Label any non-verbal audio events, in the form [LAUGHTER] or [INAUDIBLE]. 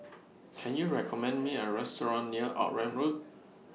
[NOISE] Can YOU recommend Me A Restaurant near Outram Road [NOISE]